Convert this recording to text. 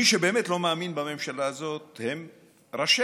מי שבאמת לא מאמין בממשלה הזאת הם ראשיה.